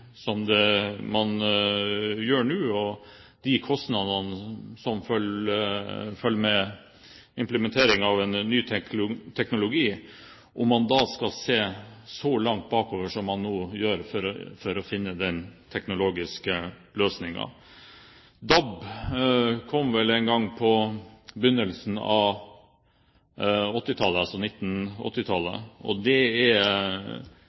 som det man gjør nå – og med de kostnadene som følger med implementeringen av en ny teknologi – om man skal se så langt bakover som man nå gjør for å finne den teknologiske løsningen. DAB kom vel en gang på begynnelsen av 1980-tallet, og det er